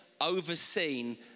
overseen